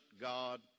God